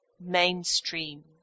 mainstream